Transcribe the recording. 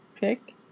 pick